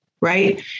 right